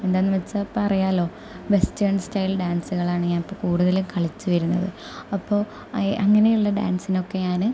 എന്താണെന്നുവെച്ചാൽ ഇപ്പം അറിയാമല്ലോ വെസ്റ്റർൻ സ്റ്റൈൽ ഡാൻസുകളാണ് ഞാനിപ്പോൾ കൂടുതൽ കളിച്ചു വരുന്നത് അപ്പോൾ അങ്ങനെ ഉള്ള ഡാൻസിനൊക്കെ ഞാൻ